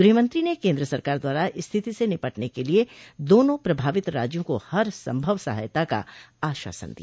गृहमंत्री ने केंद्र सरकार द्वारा स्थिति से निपटने के लिए दोनों प्रभावित राज्यों को हरसंभव सहायता का आश्वासन दिया